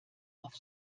auf